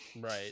Right